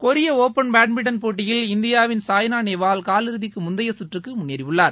கொரிய open badminton போட்டியில் இந்தியாவின் சாய்னா நேவால் காலிறுதிக்கு முந்தைய சுற்றுக்கு முன்னேறியுள்ளார்